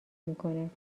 میکند